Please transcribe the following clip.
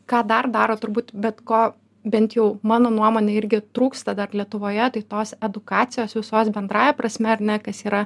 ką dar daro turbūt bet ko bent jau mano nuomone irgi trūksta dar lietuvoje tai tos edukacijos visos bendrąja prasme ar ne kas yra